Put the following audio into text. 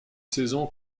saison